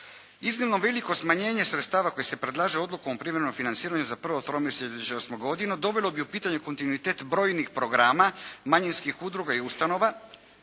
Iznimno veliko smanjenje sredstava koje se predlaže odlukom o privremenom financiranju za prvo tromjesečje za 2008. godinu, dovelo je u pitanje kontinuitet brojnih programa manjinskih udruga i ustanova,